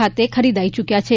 ખાતે ખરીદાઈ ચૂક્યા છે